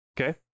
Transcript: Okay